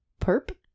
perp